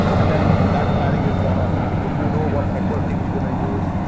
and then that planning is done automatically. you know what networking you're going to use.